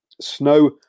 snow